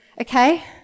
okay